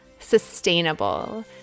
sustainable